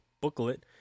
booklet